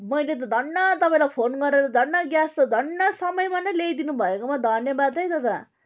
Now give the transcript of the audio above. मैले त धन्न तपाईँलाई फोन गरेर धन्न ग्यास त धन्न समयमा नै ल्याइदिनु भएकोमा धन्यवाद है दादा